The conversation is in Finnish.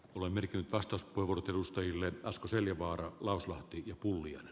olemme nyt vastus kuivunut edustajille asko seljavaara lauslahti ja pulmia